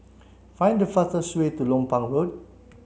find the fastest way to Lompang Road